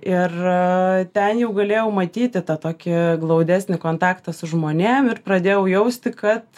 ir ten jau galėjau matyti tą tokį glaudesnį kontaktą su žmonėm ir pradėjau jausti kad